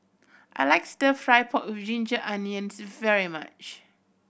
I like Stir Fry pork with ginger onions very much